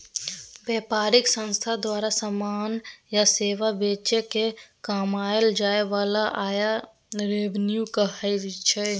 बेपारिक संस्था द्वारा समान या सेबा बेचि केँ कमाएल जाइ बला आय रेवेन्यू कहाइ छै